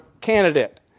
candidate